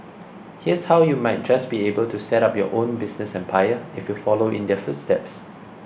here's how you might just be able to set up your own business empire if you follow in their footsteps